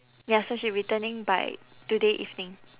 ya so she returning by today evening